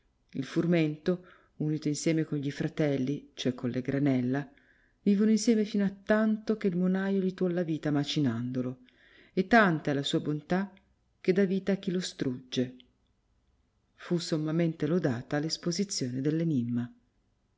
il furmento unito insieme con gli fratelli cioè con le granella vivono insieme fino attanto che non hai lito la vita macinandolo e tanta è la sua bontà che dà vita a chi lo strugge fu sommamente lodata l'esposizione